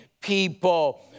people